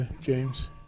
James